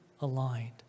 aligned